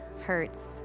hurts